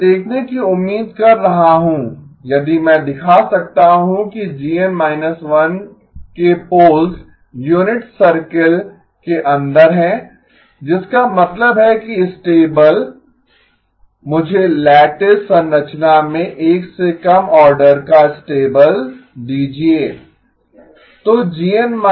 मैं देखने की उम्मीद कर रहा हूं यदि मैं दिखा सकता हूं कि GN−1 के पोल्स यूनिट सर्कल के अंदर हैं जिसका मतलब है कि स्टेबल मुझे लैटिस संरचना में 1 से कम आर्डर का स्टेबल दीजिये